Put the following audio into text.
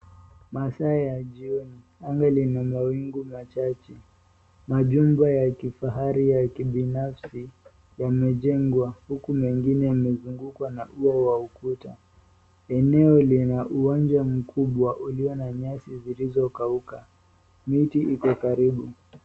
Masaa ya jioni anga lina mawingu machache, majumba ya kifahari ya kibinafsi yamejengwa huku mengine yamezungukwa na ua wa ukuta, eneo lina uwanja mkubwa ulio na nyasi zilizokauka, miti iko karibu.